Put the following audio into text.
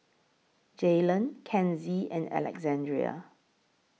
Jaylan Kenzie and Alexandrea